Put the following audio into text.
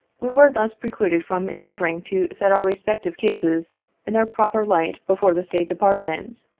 we were thus precluded from endeavoring to set our respective cases in their proper light before the state department,